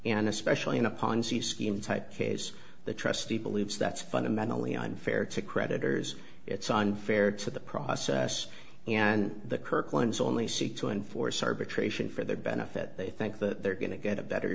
and especially in a ponzi scheme type case the trustee believes that's fundamentally unfair to creditors it's unfair to the process and the kirk ones only seek to enforce arbitration for their benefit they think that they're going to get a better